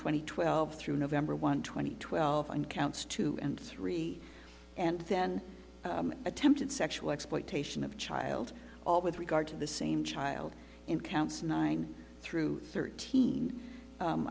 and twelve through november one twenty twelve and counts two and three and then attempted sexual exploitation of child with regard to the same child in counts nine through thirteen